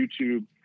YouTube